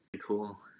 Cool